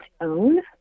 own